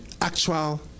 actual